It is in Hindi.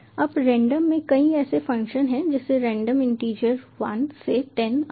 अब रेंडम में कई ऐसे फ़ंक्शन हैं जैसे रेंडम इंटीजर 1 से 10 आदि